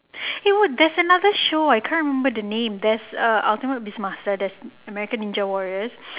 eh what there is another show I can't remember the name there's uh ultimate beast master there's american ninja warriors